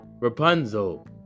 Rapunzel